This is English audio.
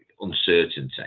uncertainty